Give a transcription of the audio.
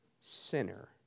sinner